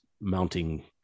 mounting